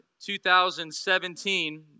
2017